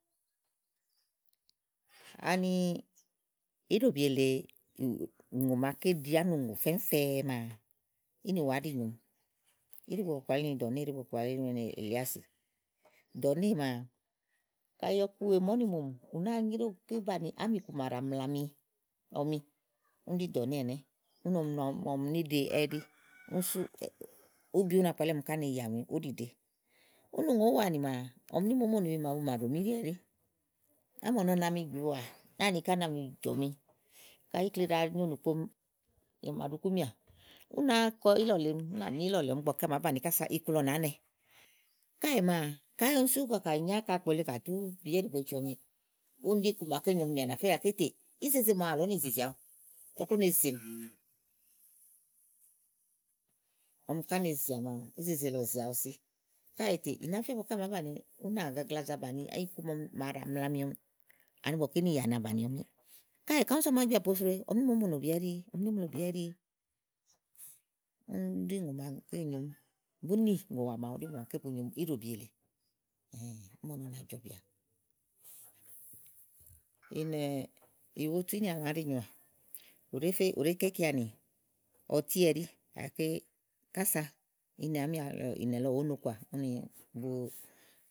Ani íɖòbi èle ùŋò màaké ɖi ánùŋò fɛ̀fɛ̃ maa ínìwà ɛɖí nyòomi íɖi gbo bàa kpalí ni dɔ̀ néè, íɖigbo bàa kpalí ni Elíásì. Dɔ̀néè maa kayi ɔku wèe màa úni mùmìì, ù nàáa nyréwu ni ké baniì ámiku wèe màa nɔà ni ɔm, níɖe ɛ́ɛɖí sú úbi ú na kpalimì úni ɔmi ká ne yìà ni úɖiɖe úni ùŋò úwaanìmaa ɔmi nímòómonìi màa bu mà ɖomi íɖi ɛ́ɛɖì ámɔ̀nɔ na mi jɔ̀à, náàni ká na mi jɔ̀mi kayi ikle ɖàa nyo ìnùkpomi tè à mà ɖukúmià, ú náa kɔ ílɔ̀lèemi únà ní ílɔ lèeɔmi ígbɔké à màá banìi kása iku lɔ nàá nɛ. káèè maa káyi kà nyò áka àkpò lèe kàtú bìyéè ɖìigbo ceeɔmi úni ɖí iku maké nyo ɔ̀mì nìà nàfɛ́ gàké tè ízeze màawu àlɔ únì zi zi awu ígbɔké ú ne zèmì ɔmi ká ne zèà maa ízeze lɔ zìi awusi. Káèè tè ì nàá fía ígbɔké à màá banìi ù gagla zàa bàni iku maa ɖàa mlamiɔmi ani ígbɔké níìya na bàniɔmi. Káèè káyi úni sú à màá gbià posro e. ɔmi níì mòómo nòbì ɛɖíiì, ɔmi nímo nòbi ɛɖíii yá uni ɖí ùŋò màaké, bú nì ŋòwà màaɖu ɖi ùŋò màaké nyomi íɖòbi èle ámɔ̀nɔ na jɔ̀bìà. ìnɛ̀ ìwotuínìàlà ɛɖí nyoà, ù ɖèé fe ù ɖèé ke íkeanì ɔtí ɛɖí gàké, kása inɛ àámi àlɔ ìnɛ̀ lɔ wòó no kɔà úni bu.